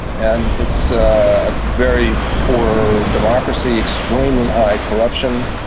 and it's a very poor democracy, extremely high corruption,